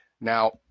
Now